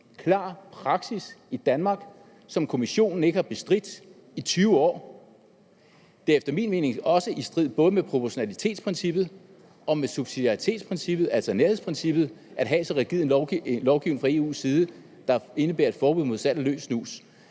klar praksis i Danmark, som Kommissionen ikke har bestridt i 20 år. Det er efter min mening også i strid både med proportionalitetsprincippet og med subsidiaritetsprincippet, altså nærhedsprincippet, at have så rigid en lovgivning fra EU's side, der indebærer et forbud mod salg af løs snus.